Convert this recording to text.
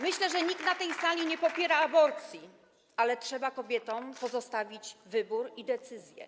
Myślę, że nikt na tej sali nie popiera aborcji, ale trzeba kobietom pozostawić wybór i decyzję.